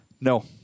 No